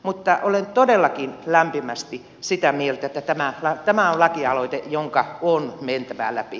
mutta olen todellakin lämpimästi sitä mieltä että tämä on lakialoite jonka on mentävä läpi